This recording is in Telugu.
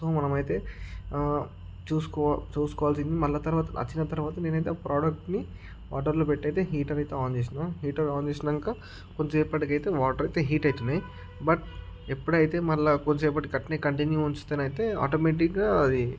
సో మనమైతే చూసుకో చూసుకోవాల్సింది మళ్ళీ తర్వాత వచ్చిన తర్వాత నేనైతే ఆ ప్రోడక్ట్ని వాటర్లో పెట్టయితే హీటర్ అయితే ఆన్ చేసినా హీటర్ ఆన్ చేసాక కొంతసేపటికి అయితే వాటర్ అయితే హీట్ అవుతున్నాయి బట్ ఎప్పుడైతే మళ్ళీ కొంతసేపటికి అలానే కంటిన్యూ ఉంచితేనయితే ఆటోమెటిక్గా అది